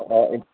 অঁ